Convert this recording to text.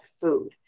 food